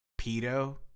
pedo